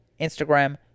Instagram